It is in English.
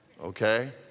Okay